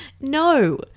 No